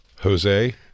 Jose